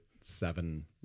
seven